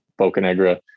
Bocanegra